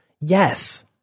Yes